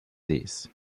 sees